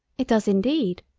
it does indeed.